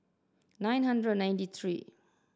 nine hundred and ninety three